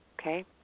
okay